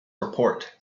report